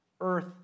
Earth